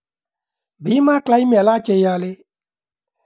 భీమ క్లెయిం ఎలా చేయాలి?